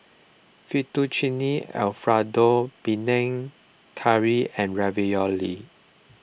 Fettuccine Alfredo Panang Curry and Ravioli